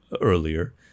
earlier